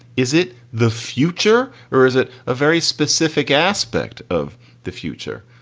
is it the future or is it a very specific aspect of the future?